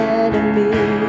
enemy